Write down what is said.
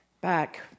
back